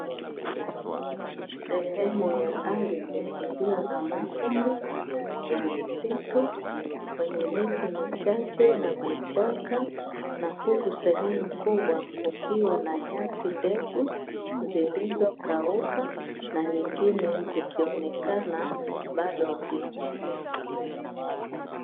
Sehemu ya ardhi iliyo na mandhari ya msitu wenye miti michache na vichaka, na huku sehemu kubwa kukiwa na nyasi ndefu zilizokauka na nyingine zikionekana bado mbichi.